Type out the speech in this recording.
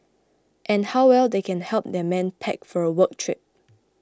and how well they can help their men pack for a work trip